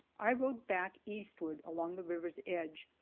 i rode back eastward along the river's edge,